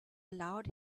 allowed